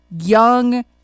young